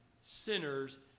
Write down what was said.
sinners